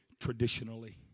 traditionally